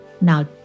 Now